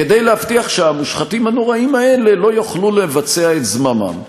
כדי להבטיח שהמושחתים הנוראים האלה לא יוכלו לבצע את זממם.